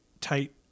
tight